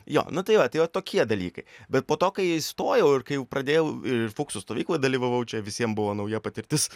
jo nu tai va tai va tokie dalykai bet po to kai įstojau ir kai jau pradėjau ir fuksų stovykloj dalyvavau čia visiem buvo nauja patirtis